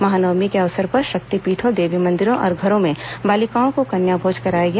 महानवमीं के अवसर पर शक्तिपीठों देवी मंदिरों और घरों में बालिकाओं को कन्याभोज कराया गया